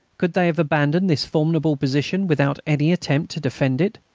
could they have abandoned this formidable position without any attempt to defend it?